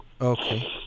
okay